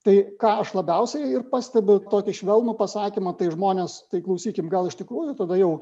tai ką aš labiausiai ir pastebiu tokį švelnų pasakymą tai žmonės tai klausykim gal iš tikrųjų tada jau